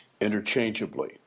interchangeably